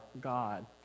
God